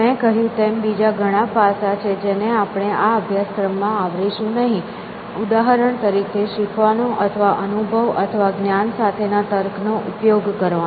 મેં કહ્યું તેમ બીજા ઘણા પાસા છે જેને આપણે આ અભ્યાસક્રમમાં આવરીશું નહીં ઉદાહરણ તરીકે શીખવાનો અથવા અનુભવ અથવા જ્ઞાન સાથેના તર્કનો નો ઉપયોગ કરવાનો